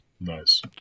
nice